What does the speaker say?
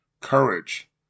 courage